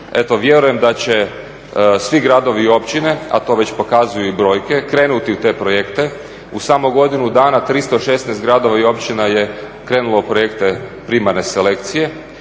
vjerujem da će svi gradovi i općine, a to već pokazuju i brojke krenuti u te projekte. U samo godinu dana 316 gradova i općina je krenulo u projekte primarne selekcije.